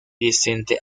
vicente